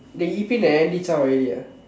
did Yi-Pin and Andy zhao already ah